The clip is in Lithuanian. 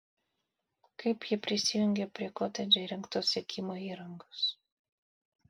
kaip jie prisijungė prie kotedže įrengtos sekimo įrangos